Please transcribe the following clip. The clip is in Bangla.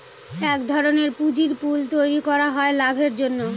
এক ধরনের পুঁজির পুল তৈরী করা হয় লাভের জন্য